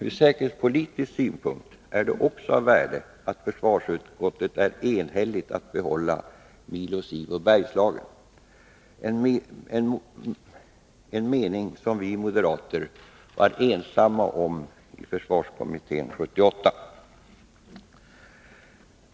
Ur säkerhetspolitisk synpunkt är det av värde att försvarsutskottet är enhälligt om att behålla Milo/Civo Bergslagen — en mening som vi moderater var ensamma om i FK 78.